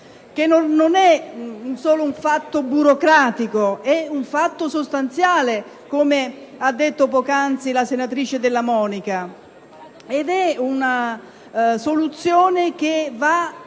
Non è solo un fatto burocratico. È un fatto sostanziale, come ha detto poc'anzi la senatrice Della Monica, ed è una soluzione che va